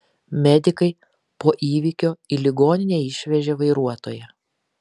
medikai po įvykio į ligoninę išvežė vairuotoją